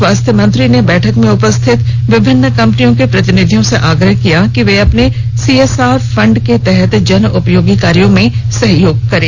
स्वास्थ्य मंत्री ने बैठक में उपस्थित विभिन्न कंपनियों के प्रतिनिधियों से आग्रह किया कि वे अपने सीएसआर फंड के तहत जन उपयोगी कार्यो में सहयोग करें